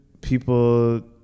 people